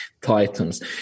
titans